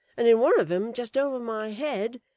and in one of em, just over my head,